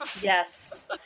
yes